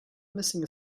missing